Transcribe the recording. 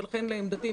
ולכן לעמדתי,